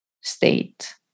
state